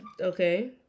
Okay